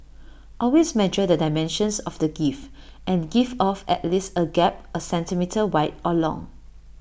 always measure the dimensions of the gift and give off at least A gap A centimetre wide or long